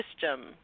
system